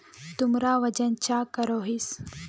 तुमरा वजन चाँ करोहिस?